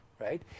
right